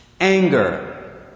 Anger